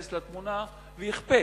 שייכנסו לתמונה ויכפו